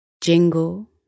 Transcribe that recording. Jingle